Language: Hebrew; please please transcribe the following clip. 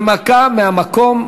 הנמקה מהמקום.